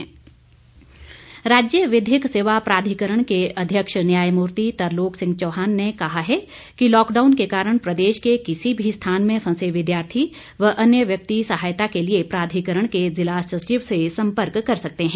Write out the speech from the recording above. तरलोक चौहान राज्य विधिक सेवा प्राधिकरण के अध्यक्ष न्यायमूर्ति तरलोक सिंह चौहान ने कहा है कि लॉकडाउन के कारण प्रदेश के किसी भी स्थान में फंसे विद्यार्थी व अन्य व्यक्ति सहायता के लिए प्राधिकरण के ज़िला सचिव से सम्पर्क कर सकते हैं